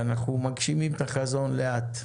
ואנחנו מגשימים את החזון לאט.